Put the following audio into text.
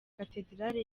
cathedrale